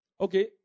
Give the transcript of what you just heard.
okay